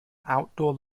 outdoor